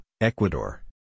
Ecuador